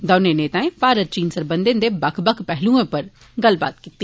दौनें नेताए भारत चीन सरबंघें दे बक्ख बक्ख पैहलुएं उप्पर गल्लबात कीती